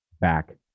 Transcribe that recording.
back